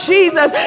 Jesus